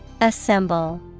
Assemble